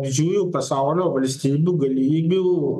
didžiųjų pasaulio valstybių galybių